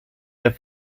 der